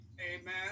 Amen